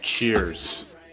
Cheers